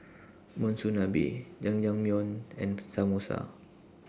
Monsunabe Jajangmyeon and Samosa